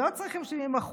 לא צריכים 70%,